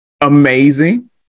amazing